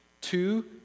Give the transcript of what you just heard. two